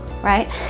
right